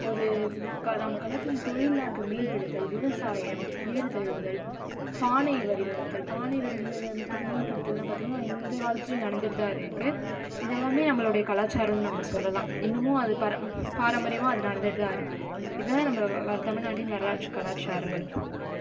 ஒரு நம்ப கலாச்சார தொழில் எல்லாம் இருக்கு மீன்பிடித்தல் விவசாயம் ஏறுதழுவுதல் பானை வடிவமைத்தல் பானை வடிவமைத்தல் மீன் பிடித்தல் பார்த்திங்ன்னா இந்த காலத்திலும் நடந்துகிட்டு தான் இருக்கு இது எல்லாமே நம்மளோடைய கலாச்சாரம் நம்ப சொல்லலாம் இன்னமும் அது பாரம் பாரம்பரியமாக அது நடந்துகிட்டு தான் இருக்கு இது தான் நமது தமிழ் நாட்டின் வரலாற்று கலாச்சாரங்கள்